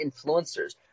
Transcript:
influencers